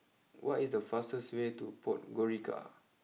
what is the fastest way to Podgorica